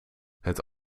het